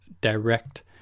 direct